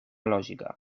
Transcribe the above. lògica